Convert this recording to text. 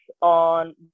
on